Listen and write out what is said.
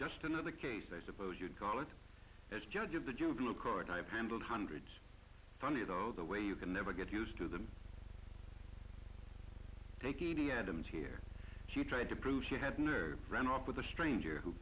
just another case i suppose you'd call it as judge of the juvenile court i've handled hundreds funny it all the way you can never get used to the dems here she tried to prove she had nerve run off with a stranger who